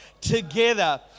together